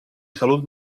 salut